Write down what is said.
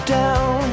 down